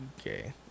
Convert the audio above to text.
Okay